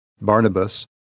Barnabas